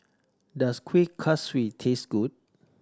does Kueh Kaswi taste good